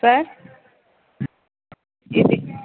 sir